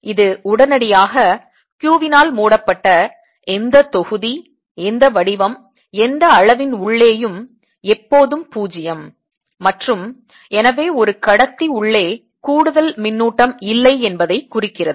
இது உடனடியாக q வினால் மூடப்பட்ட எந்த தொகுதி எந்த வடிவம் எந்த அளவின் உள்ளேயும் எப்போதும் 0 மற்றும் எனவே ஒரு கடத்தி உள்ளே கூடுதல் மின்னூட்டம் இல்லை என்பதை குறிக்கிறது